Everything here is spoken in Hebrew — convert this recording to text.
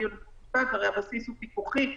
הרי הבסיס הוא פיקוחי.